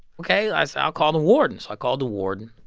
ok. i said, i'll call the warden. so i called the warden.